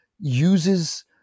uses